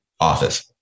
office